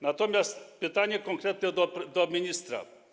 Natomiast pytanie konkretne do ministra.